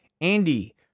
andy